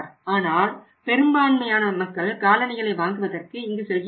ஆனால் பெரும்பான்மையான மக்கள் காலணிகளை வாங்குவதற்கு இங்கு செல்கின்றனர்